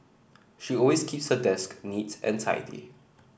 she always keeps her desk neat and tidy